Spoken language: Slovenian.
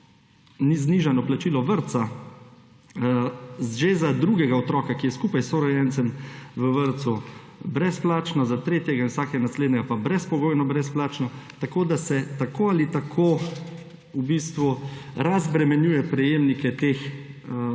ni znižano plačilo – vrtec že za drugega otroka, ki je skupaj s sorojencem v vrtcu , brezplačen, za tretjega in vsakega naslednjega pa brezpogojno brezplačen. Tako da se tako ali tako v bistvu razbremenjuje prejemnike teh